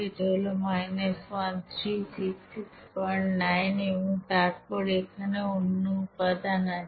এটা হল 13669 এবং তারপর এখানে অন্য উপাদান আছে